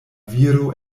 viro